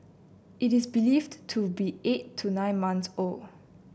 it is believed to be eight to nine months old